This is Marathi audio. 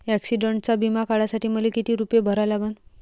ॲक्सिडंटचा बिमा काढा साठी मले किती रूपे भरा लागन?